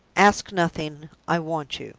ask nothing. i want you.